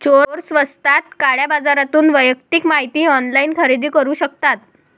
चोर स्वस्तात काळ्या बाजारातून वैयक्तिक माहिती ऑनलाइन खरेदी करू शकतात